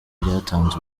ryatanze